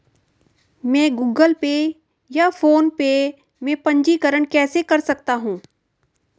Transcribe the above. मैं Google Pay या PhonePe में पंजीकरण कैसे कर सकता हूँ?